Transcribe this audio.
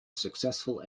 successful